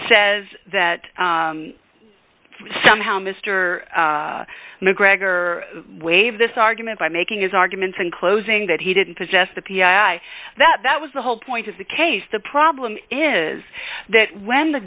says that somehow mr macgregor waive this argument by making his arguments in closing that he didn't possess the p i that that was the whole point of the case the problem is that when the